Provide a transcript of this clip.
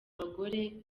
abagore